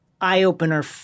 eye-opener